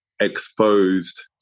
exposed